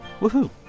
Woohoo